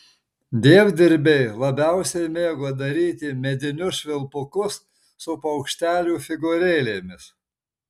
dievdirbiai labiausiai mėgo daryti medinius švilpukus su paukštelių figūrėlėmis